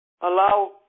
allow